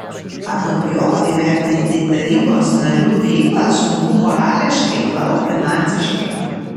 anot jo įvertinti tarybos narių veiklą sunku morališkai juolab finansiškai